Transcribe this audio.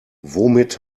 womit